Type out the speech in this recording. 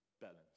balance